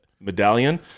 medallion